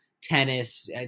tennis